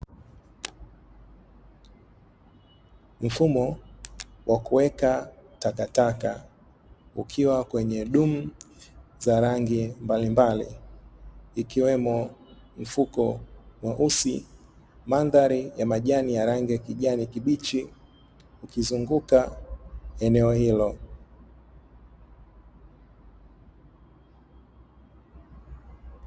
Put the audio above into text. Mfumo wa kuweka takataka ukiwa kwenye dumu za rangi mbalimbali ikiwemo mfuko mweusi, mandhari ya majani ya rangi ya kijani kibichi ukizunguka eneo hilo.